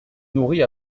nourris